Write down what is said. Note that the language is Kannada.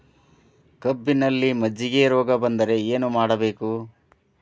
ಕಬ್ಬಿನಲ್ಲಿ ಮಜ್ಜಿಗೆ ರೋಗ ಬಂದರೆ ಏನು ಮಾಡಬೇಕು?